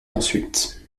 ensuite